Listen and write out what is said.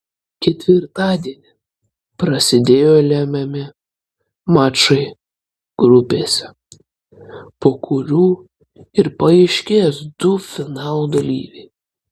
ketvirtadienį prasidėjo lemiami mačai grupėse po kurių ir paaiškės du finalo dalyviai